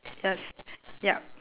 yes yup